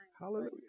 Hallelujah